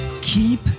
keep